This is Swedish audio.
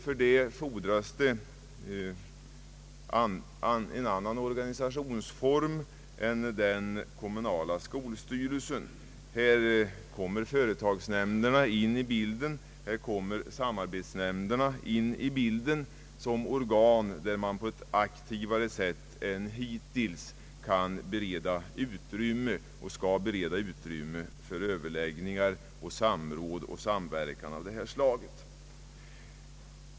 För detta fordras en annan organisationsform än den kommunala skolstyrelsen. Företagsnämnderna och =<samarbetsnämnderna kommer här in i bilden som organ där man på ett aktivare sätt än hittills kan och skall bereda utrymme för överläggningar, samråd och samverkan av detta slag.